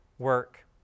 work